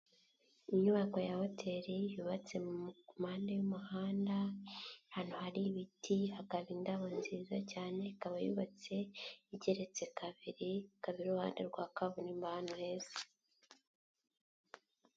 Inyubako ya hoteli yubatse mpande y'umuhanda, ahantu hari ibiti, hakaba indabo nziza cyane, ikaba yubatse igeretse kabiri, ikaba iruhande rwa kaburimbo ahantu heza.